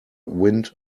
wind